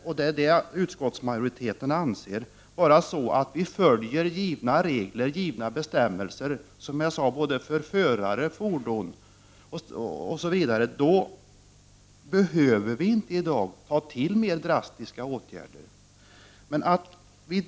Om vi, som jag sade, följer givna bestämmelser — för förare, för fordon osv. — då behöver vi inte i dag ta till mer drastiska åtgärder.